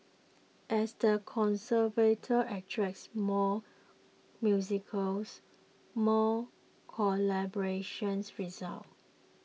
as the conservatory attracts more musicals more collaborations result